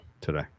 today